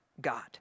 God